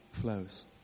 flows